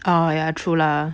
oh ya true lah